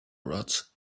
roads